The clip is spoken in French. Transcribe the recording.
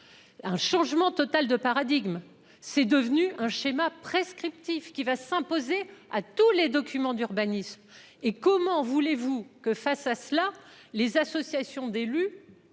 Un changement total de paradigme. C'est devenu un schéma prescriptif qui va s'imposer à tous les documents d'urbanisme et comment voulez-vous que face à cela, les associations d'élus.